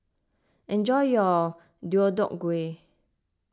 enjoy your Deodeok Gui